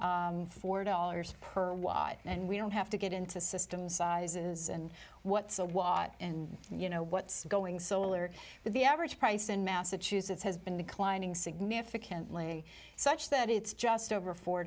four dollars per watt and we don't have to get into systems sizes and what's a watt and you know what's going solar the average price in massachusetts has been declining significantly such that it's just over four